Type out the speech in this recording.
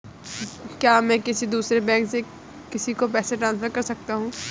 क्या मैं किसी दूसरे बैंक से किसी को पैसे ट्रांसफर कर सकता हूँ?